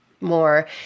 more